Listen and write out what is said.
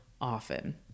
often